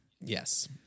Yes